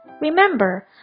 Remember